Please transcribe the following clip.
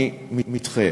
אני מתחייב.